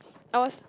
I was